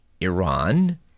Iran